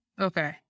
Okay